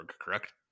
correct